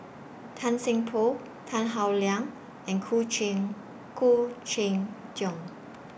Tan Seng Poh Tan Howe Liang and Khoo Cheng Khoo Cheng Tiong